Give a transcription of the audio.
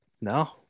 no